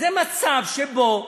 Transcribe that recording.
בסדר,